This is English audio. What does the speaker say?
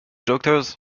doctors